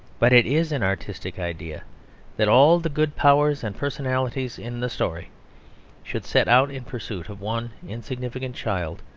but it is an artistic idea that all the good powers and personalities in the story should set out in pursuit of one insignificant child,